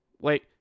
Wait